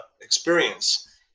experience